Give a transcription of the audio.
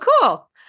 cool